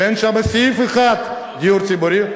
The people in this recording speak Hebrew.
שאין שם סעיף אחד של דיור ציבורי,